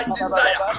desire